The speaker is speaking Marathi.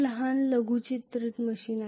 खूप लहान लघुचित्रित मशीन